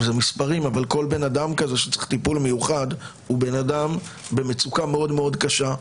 כל אדם שצריך טיפול מיוחד הוא אדם במצוקה מאוד קשה.